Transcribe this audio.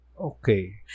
Okay